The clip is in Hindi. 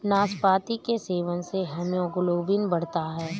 नाशपाती के सेवन से हीमोग्लोबिन बढ़ता है